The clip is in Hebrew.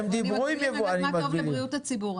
אני יודעת מה טוב לבריאות הציבור.